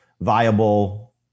viable